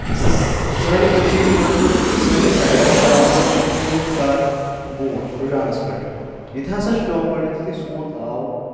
سانہِ کٔشیٖر منٛز چھُ سٲنِس سایڈس زیادٕ تر ژوٗنٛٹھۍ کار بونٛٹھ رُجانس پؠٹھ ییٚتہِ ہسا چھُ پیٚوان گۄڈٕنیٚتھ یُتھٕے سونٛتھ آو